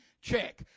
check